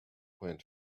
went